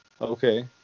Okay